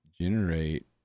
generate